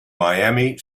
miami